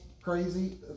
crazy